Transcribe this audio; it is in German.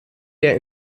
der